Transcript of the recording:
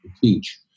teach